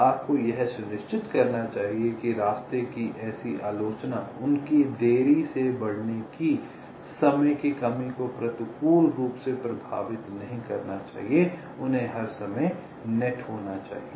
आपको यह सुनिश्चित करना चाहिए कि रास्ते की ऐसी आलोचना उनके देरी से बढ़ने की समय की कमी को प्रतिकूल रूप से प्रभावित नहीं करना चाहिए उन्हें हर समय नेट होना चाहिए